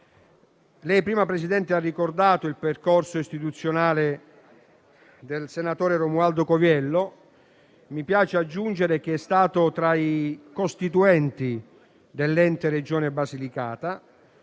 prima lei ha ricordato il percorso istituzionale del senatore Romualdo Coviello. Mi piace aggiungere che egli è stato tra i costituenti dell'ente Regione Basilicata,